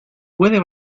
puede